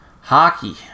Hockey